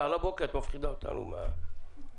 על הבוקר את מפחידה אותנו עם הלהט.